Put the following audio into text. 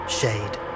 shade